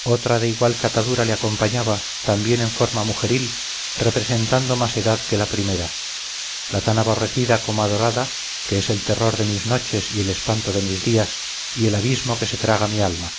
otra de igual catadura le acompañaba también en forma mujeril representando más edad que la primera la tan aborrecida como adorada que es el terror de mis noches y el espanto de mis días y el abismo que se traga mi alma